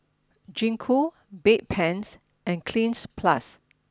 Gingko Bedpans and Cleanz Plus